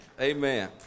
Amen